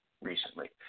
recently